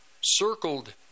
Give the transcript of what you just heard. circled